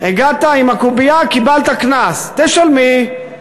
הגעת עם הקובייה, קיבלת קנס, תשלמי.